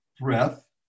breath